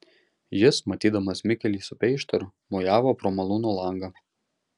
jis matydamas mikelį su peištaru mojavo pro malūno langą